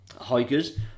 hikers